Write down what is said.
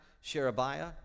Sherebiah